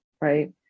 right